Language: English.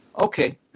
Okay